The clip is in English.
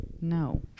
No